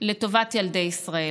לטובת ילדי ישראל,